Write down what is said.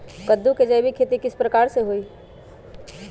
कददु के जैविक खेती किस प्रकार से होई?